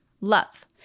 love